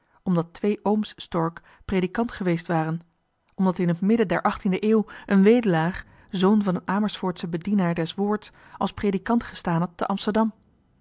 omdat twee ooms stork predikant geweest waren omdat in het midden der achttiende eeuw een wedelaar zoon van een amersfoortsch bedienaar des woords als predikant gestaan had te amsterdam